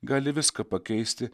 gali viską pakeisti